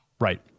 Right